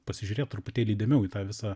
pasižiūrėt truputėlį įdėmiau į tą visą